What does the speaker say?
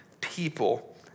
people